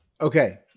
Okay